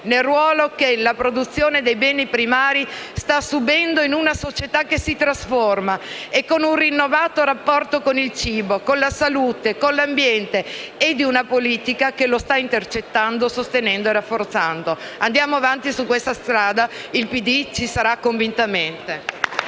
nel ruolo che la produzione di beni primari sta subendo, in una società che si trasforma e con un rinnovato rapporto con il cibo, con la salute e con l'ambiente, e di una politica che lo sta intercettando, sostenendo e rafforzando. Andiamo avanti su questa strada, il PD ci sarà convintamente.